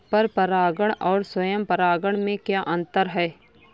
पर परागण और स्वयं परागण में क्या अंतर है?